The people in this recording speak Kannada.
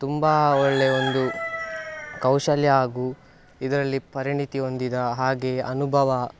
ತುಂಬ ಒಳ್ಳೆಯ ಒಂದು ಕೌಶಲ್ಯ ಹಾಗೂ ಇದರಲ್ಲಿ ಪರಿಣಿತಿ ಹೊಂದಿದ ಹಾಗೇ ಅನುಭವ